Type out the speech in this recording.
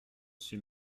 suis